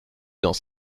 dans